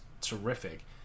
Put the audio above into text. terrific